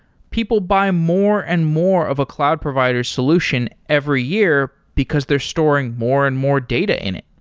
people buy more and more of a cloud provider solution every year because they're storing more and more data in it.